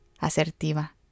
asertiva